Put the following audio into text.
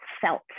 felt